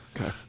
Okay